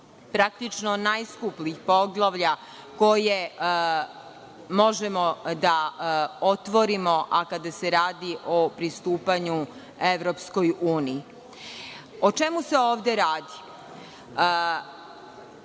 praktično najskupljih poglavlja koje možemo da otvorimo, kada se radi o pristupanju EU. O čemu se ovde radi?